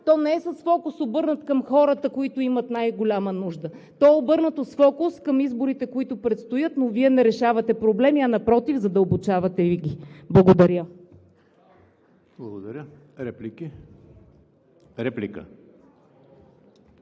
то не е с фокус, обърнат към хората, които имат най-голяма нужда, то е обърнато с фокус към изборите, които предстоят. Вие не решавате проблеми, а напротив задълбочавате ги. Благодаря. (Ръкопляскания